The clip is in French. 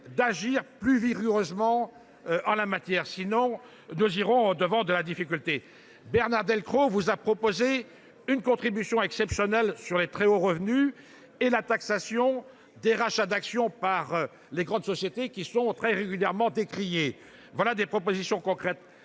d’agir plus vigoureusement en la matière, faute de quoi nous irons au devant des difficultés. Bernard Delcros vous a proposé une contribution exceptionnelle sur les très hauts revenus et la taxation des rachats d’actions par les grandes sociétés, qui sont très régulièrement décriés. Ce sont des propositions concrètes